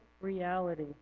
reality